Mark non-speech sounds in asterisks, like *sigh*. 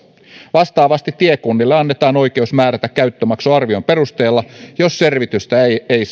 vastaavasti tiekunnille annetaan oikeus määrätä käyttömaksu arvion perusteella jos selvitystä ei ei *unintelligible*